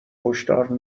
کشتار